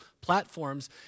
platforms